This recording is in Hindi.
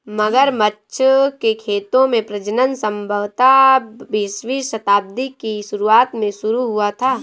मगरमच्छ के खेतों में प्रजनन संभवतः बीसवीं शताब्दी की शुरुआत में शुरू हुआ था